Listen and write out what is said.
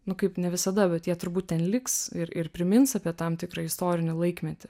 nu kaip ne visada bet jie turbūt ten liks ir ir primins apie tam tikrą istorinį laikmetį